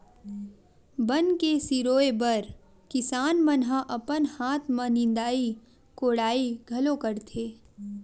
बन के सिरोय बर किसान मन ह अपन हाथ म निंदई कोड़ई घलो करथे